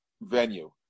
venue